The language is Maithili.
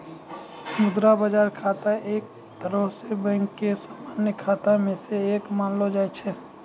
मुद्रा बजार खाता एक तरहो से बैंको के समान्य खाता मे से एक मानलो जाय छै